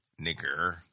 nigger